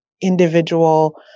individual